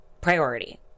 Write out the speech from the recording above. priority